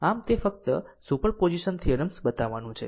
આમ તે ફક્ત સુપર પોઝિશન થીયરમ્સ બતાવવાનું છે